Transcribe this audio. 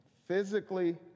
physically